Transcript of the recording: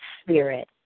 spirit